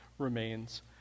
remains